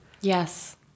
Yes